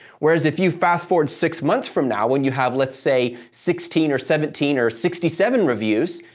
whereas if you fast forward six months from now, when you have, let's say sixteen or seventeen or sixty seven reviews,